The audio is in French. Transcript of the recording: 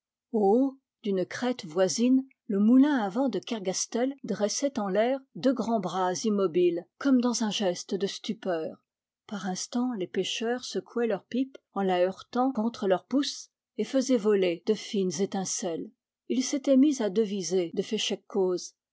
d'une crête voisine le moulin à vent de kergastel dressait en l'air deux grands bras immobiles comme dans un geste de stupeur par instants les pêcheurs secouaient leur pipe en la heurtant contre leur pouce et faisaient voler de fines étincelles ils s'étaient mis à deviser de